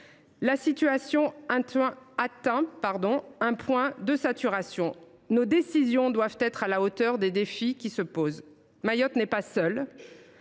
La situation a atteint un point de saturation et nos décisions doivent être à la hauteur des défis. Mayotte n’est pas seule.